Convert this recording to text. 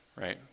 right